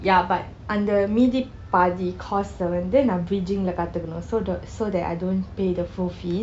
ya but அந்த மீதி பாதி:antha mithi pathi course வந்து நான்:vanthu naan bridging கற்றுக்கனும்:katrukanum so the so that I don't pay the full fees